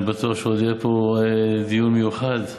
אני בטוח שעוד יהיה פה דיון מיוחד,